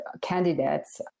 candidates